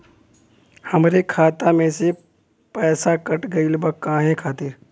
हमरे खाता में से पैसाकट गइल बा काहे खातिर?